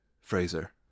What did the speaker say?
Fraser